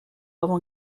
avant